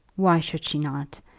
why should she not?